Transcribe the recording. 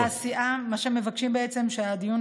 אמרו לי שהסיעה, מה שמבקשים הוא שהדיון